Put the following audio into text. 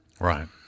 right